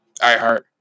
iHeart